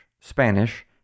Spanish